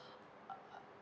uh